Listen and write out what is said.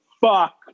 fuck